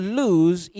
lose